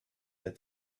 that